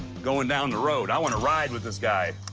going down the road. i want to ride with this guy.